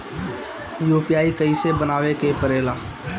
UPI कइसे बनावे के परेला?